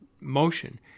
motion